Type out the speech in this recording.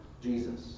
Jesus